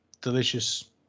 delicious